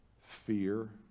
fear